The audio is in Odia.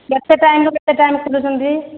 କେତେ ଟାଇମ୍ରୁ କେତେ ଟାଇମ୍ ଖୋଲୁଛନ୍ତି